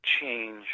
change